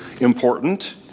important